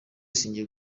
sinjye